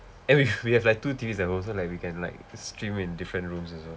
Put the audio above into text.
and we've we have like two T_V at home so like we can like stream in different rooms also